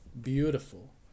beautiful